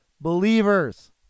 believers